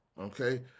okay